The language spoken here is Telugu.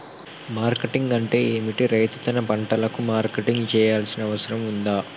మార్కెటింగ్ అంటే ఏమిటి? రైతు తన పంటలకు మార్కెటింగ్ చేయాల్సిన అవసరం ఉందా?